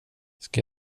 ska